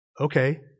Okay